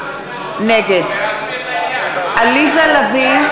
נגד עליזה לביא,